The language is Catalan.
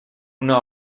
una